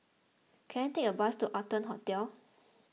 can I take a bus to Arton Hotel